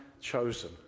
chosen